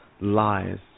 Lies